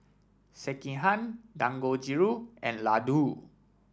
Sekihan Dangojiru and Ladoo